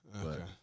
Okay